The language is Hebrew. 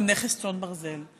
הם נכס צאן ברזל.